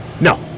no